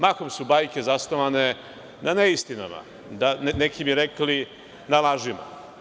Mahom su bajke zasnovane na neistinama, a neki bi rekli na lažima.